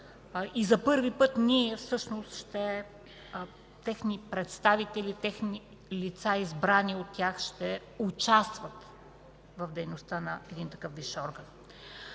За първи път техни представители, техни лица, избрани от тях, ще участват в дейността на един такъв висш орган.